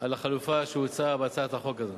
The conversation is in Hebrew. על החלופה שהוצעה בהצעת החוק הזאת.